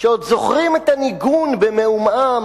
שעוד זוכרים את הניגון במעומעם,